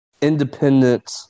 independent